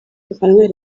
emmanuel